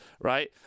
right